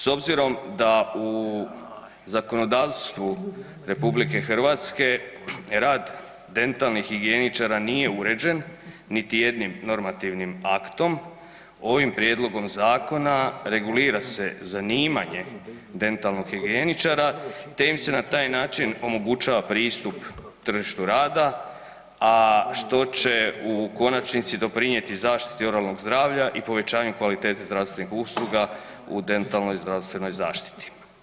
S obzirom da u zakonodavstvu RH rad dentalnih higijeničara nije uređen niti jednim normativnim aktom, ovim prijedlogom zakona regulira se zanimanje dentalnog higijeničara te im se na taj način omogućava pristup tržištu rada, a što će u konačnici doprinijeti zaštiti oralnog zdravlja i povećanju kvalitete zdravstvenih usluga u dentalnoj zdravstvenoj zaštiti.